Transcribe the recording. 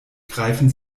greifen